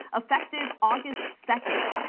effective august second.